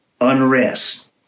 unrest